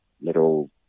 little